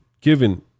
given